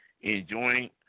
enjoying